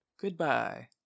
Goodbye